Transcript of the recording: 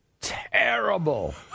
Terrible